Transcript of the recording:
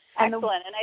Excellent